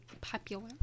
popular